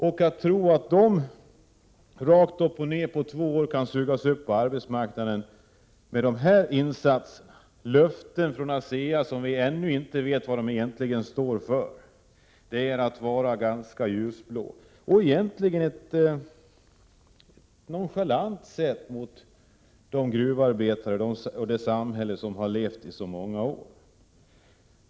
Om man tror att dessa människor utan vidare kan sugas upp på arbetsmarknaden i och med de aktuella insatserna — det gäller alltså löftena från ASEA, men vi vet ännu inte vad de går för — är man ganska blåögd. Egentligen är det också en nonchalant behandling av gruvarbetarna och ett samhälle där människor har levt under så många år.